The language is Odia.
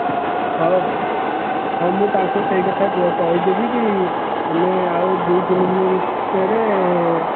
ହଉ ହଉ ମୁଁ ତାଙ୍କୁ ସେଇ କଥା କହିଦେବି କି ଆମେ ଆଉ ଦୁଇ ତିନି ଦିନ ଭିତରେ